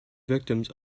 victims